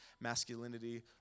masculinity